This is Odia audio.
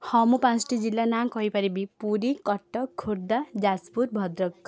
ହଁ ମୁଁ ପାଞ୍ଚଟି ଜିଲ୍ଲାର ନାମ କହିପାରିବି ପୁରୀ କଟକ ଖୋର୍ଦ୍ଧା ଯାଜପୁର ଭଦ୍ରକ